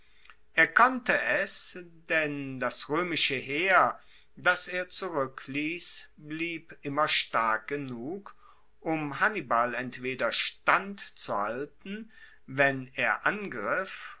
er konnte es denn das roemische heer das er zurueckliess blieb immer stark genug um hannibal entweder standzuhalten wenn er angriff